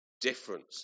difference